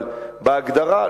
אבל בהגדרה,